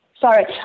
sorry